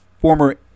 former